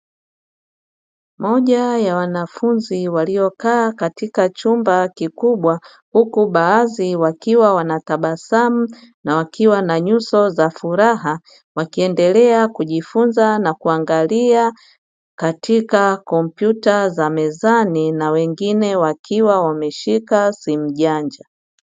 Moja ya wanafunzi waliokaa katika chumba kikubwa huku baadhi wakiwa wanatabasamu na wakiwa na nyuso za furaha, wakiendelea kujifunza na kuangalia katika kompyuta za mezani na wengine wakiwa wameshika simu janja.